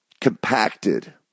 compacted